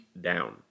down